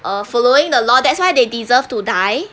uh following the law that's why they deserve to die